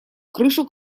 крышу